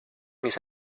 mis